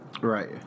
Right